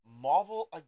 Marvel